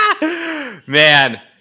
Man